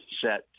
set